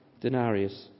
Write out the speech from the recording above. denarius